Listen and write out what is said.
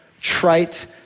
trite